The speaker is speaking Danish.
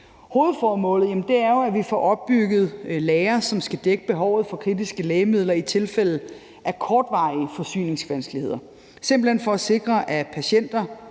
Hovedformålet er jo, at vi får opbygget lagre, som skal dække behovet for kritiske lægemidler i tilfælde af kortvarige forsyningsvanskeligheder – simpelt hen for at sikre, at patienter